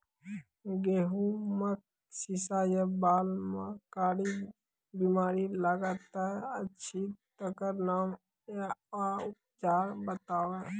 गेहूँमक शीश या बाल म कारी बीमारी लागतै अछि तकर नाम आ उपचार बताउ?